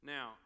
Now